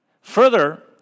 Further